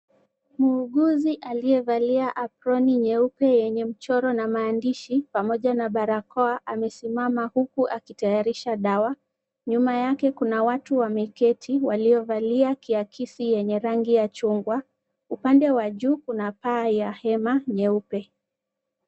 Muuguzi aliyevalia aproni nyeupe yenye mchoro na maandishi pamoja na barakoa amesimama, huku akitayarisha dawa. Nyuma yake kuna watu wameketi waliovalia kiakisi yenye rangi ya chungwa. Upande wa juu kuna paa ya hema nyeupe.